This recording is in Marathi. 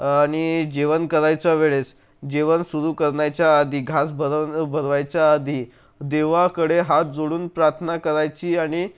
आणि जेवण करायच्या वेळेस जेवण सुरू करण्याच्या आधी घास भरव भरवायच्या आधी देवाकडे हात जोडून प्रार्थना करायची आणि